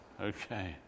Okay